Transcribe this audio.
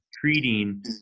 treating